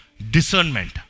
Discernment